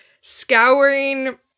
scouring